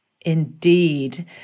Indeed